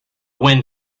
wind